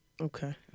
Okay